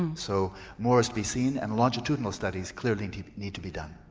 and so more is to be seen and longitudinal studies clearly need need to be done.